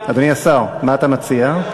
אדוני השר, מה אתה מציע?